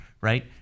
right